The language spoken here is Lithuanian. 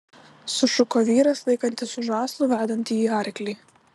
sušuko vyras laikantis už žąslų vedantįjį arklį